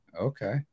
Okay